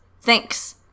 Thanks